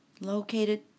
located